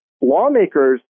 lawmakers